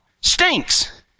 Stinks